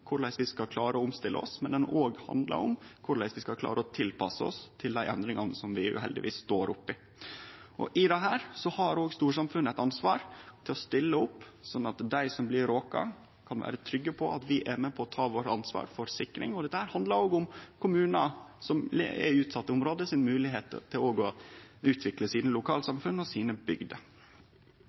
korleis vi skal klare å omstille oss, og om korleis vi skal klare å tilpasse oss til dei endringane som vi uheldigvis står oppe i. I dette har også storsamfunnet eit ansvar for å stille opp, slik at dei som blir råka, kan vere trygge på at vi er med på å ta vårt ansvar for sikring. Dette handlar òg om å gjere det mogleg for kommunar i utsette område å utvikle sine lokalsamfunn og sine bygder.